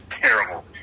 terrible